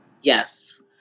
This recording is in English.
Yes